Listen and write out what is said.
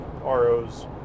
ROs